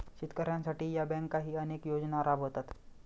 शेतकऱ्यांसाठी या बँकाही अनेक योजना राबवतात